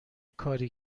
کاری